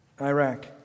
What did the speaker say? Iraq